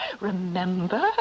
remember